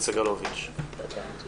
תודה.